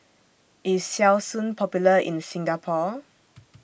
IS Selsun Popular in Singapore